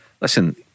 listen